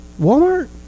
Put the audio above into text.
Walmart